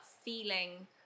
feeling